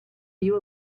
you